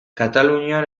katalunian